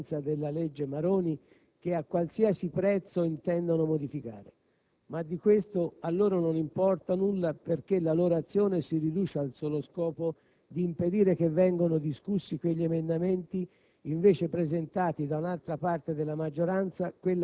sanno che non ce ne sarebbe neanche il tempo, vista la scadenza della legge Maroni, che a qualsiasi prezzo intendono modificare. Ma di questo a loro non importa nulla, perché la loro azione si riduce al solo scopo di impedire che vengano discussi quegli emendamenti